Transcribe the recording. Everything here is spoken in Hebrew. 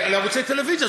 לערוצי טלוויזיה.